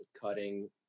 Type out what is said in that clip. cutting